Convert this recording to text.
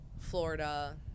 Florida